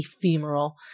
ephemeral